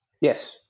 Yes